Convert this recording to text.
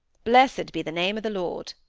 blessed be the name of the lord!